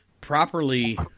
properly